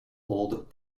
old